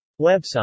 Website